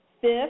fifth